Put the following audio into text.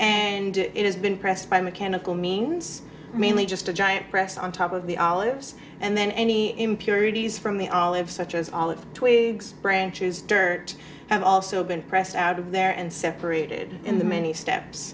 and it has been pressed by mechanical means mainly just a giant press on top of the olives and then any impurities from the olives such as all the branches dirt have also been pressed out of there and separated in the many steps